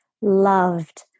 loved